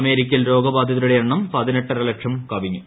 അമേരിക്കയിൽ രോഗബാധിതരുടെ എണ്ണം പതിനെട്ടര ലക്ഷം കവിഞ്ഞു